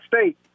State